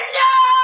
no